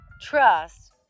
Trust